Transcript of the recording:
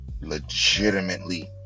legitimately